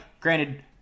granted